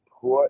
Put